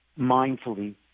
mindfully